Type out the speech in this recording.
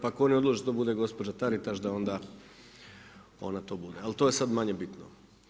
Pa tko ne odluči da to bude gospođa Taritaš, da onda ona to bude, al to je sad manje bitno.